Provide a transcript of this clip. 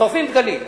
שורפים דגלים.